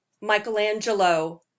Michelangelo